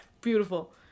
Beautiful